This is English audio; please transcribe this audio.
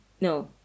no